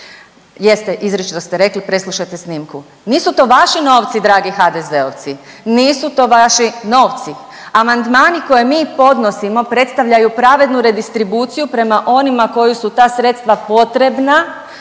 Jeste, izričito ste rekli preslušajte snimku. Nisu to vaši novci dragi HDZ-ovci, nisu to vaši novci. Amandmani koje mi podnosimo predstavljaju pravednu redistribuciju prema onima koji su ta sredstva potrebna,